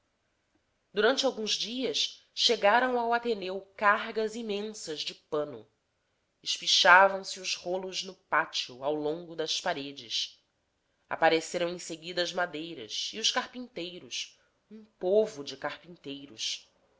durante alguns dias chegaram ao ateneu cargas imensas de pano espichavam se os rolos no pátio ao longo das paredes apareceram em seguida as madeiras e os carpinteiros um povo de carpinteiros